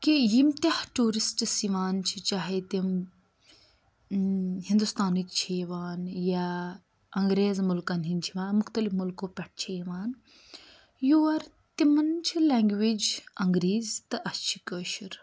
کہِ یِم تیٛاہ ٹیوٗرِسٹٕس یِوان چھِ چاہے تِم ہِندُستانٕکۍ چھِ یِوان یا انٛگریز مُلکَن ہٕنٛدۍ چھِ یِوان مُختلِف مُلکو پٮ۪ٹھ چھِ یِوان یور تِمَن چھِ لینٛگویج انٛگریٖز تہٕ اَسہِ چھِ کٲشُر